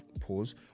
pause